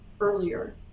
earlier